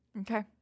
Okay